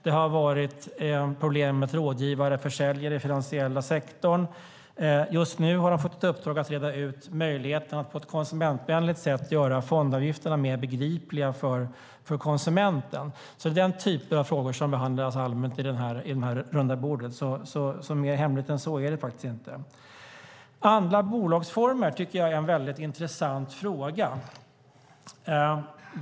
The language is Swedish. Det har varit problem med rådgivare och försäljare i den finansiella sektorn. Just nu har de fått i uppdrag att utreda möjligheten att på ett konsumentvänligt sätt göra fondavgifterna mer begripliga för konsumenten. Det är den typen av frågor som behandlas allmänt vid runda bordet, så mer hemligt än så är det inte. Andra bolagsformer är en väldigt intressant fråga.